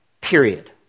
Period